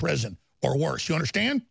present or worse you understand